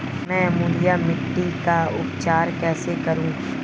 मैं अम्लीय मिट्टी का उपचार कैसे करूं?